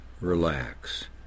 relax